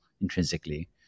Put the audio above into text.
intrinsically